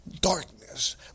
darkness